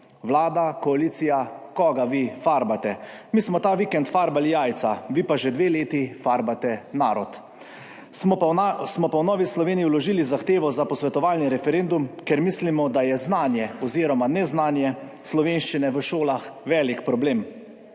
Vlada, koalicija koga vi farbate? Mi smo ta vikend farbali jajca, vi pa že dve leti farbate narod. Smo pa v Novi Sloveniji vložili zahtevo za posvetovalni referendum, ker mislimo, da je znanje oziroma neznanje slovenščine v šolah velik problem